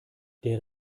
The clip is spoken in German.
der